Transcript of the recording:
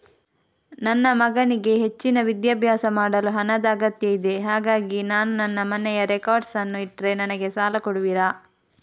ನನ್ನ ಮಗನಿಗೆ ಹೆಚ್ಚಿನ ವಿದ್ಯಾಭ್ಯಾಸ ಮಾಡಲು ಹಣದ ಅಗತ್ಯ ಇದೆ ಹಾಗಾಗಿ ನಾನು ನನ್ನ ಮನೆಯ ರೆಕಾರ್ಡ್ಸ್ ಅನ್ನು ಇಟ್ರೆ ನನಗೆ ಸಾಲ ಕೊಡುವಿರಾ?